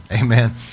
amen